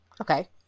Okay